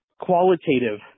qualitative